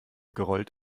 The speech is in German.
gerollt